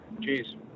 Cheers